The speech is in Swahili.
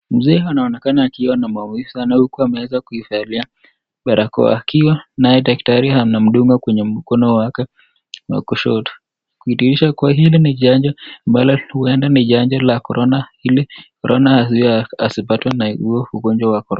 Mzee anaonekana akiwa na maumivu sana huku ameweza kuivalia barakoa, akiwa naye daktari anamdunga kwenye mkono wake wa kushoto kudhihirisha kua hili ni huenda ni chanjo hunda ni chanjo la korona ili asipatwe na huo ugonjwa wa corona.